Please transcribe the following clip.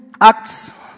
Acts